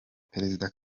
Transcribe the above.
perezida